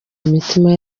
imitima